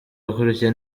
wakurikiye